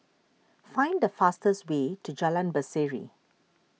find the fastest way to Jalan Berseri